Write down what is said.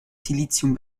silizium